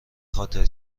خاطر